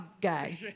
guy